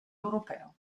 europeo